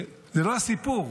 זה לא הסיפור.